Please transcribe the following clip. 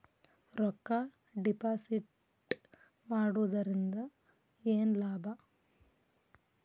ರೊಕ್ಕ ಡಿಪಾಸಿಟ್ ಮಾಡುವುದರಿಂದ ಏನ್ ಲಾಭ?